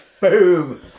Boom